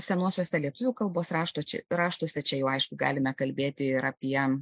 senuosiuose lietuvių kalbos rašto čia raštuose čia jau aišku galime kalbėti ir apie